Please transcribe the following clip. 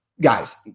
Guys